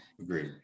Agreed